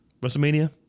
WrestleMania